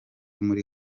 muri